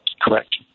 Correct